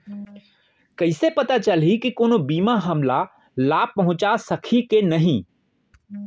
कइसे पता चलही के कोनो बीमा हमला लाभ पहूँचा सकही के नही